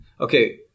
Okay